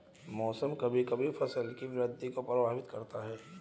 मौसम कभी कभी फसल की वृद्धि को प्रभावित करता है